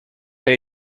elle